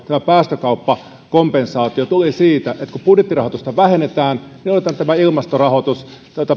tämä päästökauppakompensaatio tuli siitä että kun budjettirahoitusta vähennetään niin hoidetaan tämä ilmastorahoitus